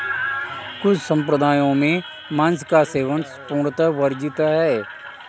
कुछ सम्प्रदायों में मांस का सेवन पूर्णतः वर्जित है